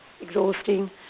exhausting